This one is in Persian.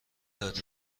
دارید